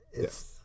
Yes